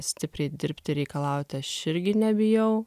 stipriai dirbti reikalauti aš irgi nebijau